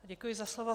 Děkuji za slovo.